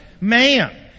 man